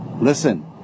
listen